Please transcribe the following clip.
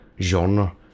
genre